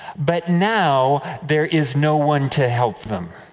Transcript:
but now, there is no one to help them.